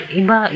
iba